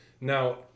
Now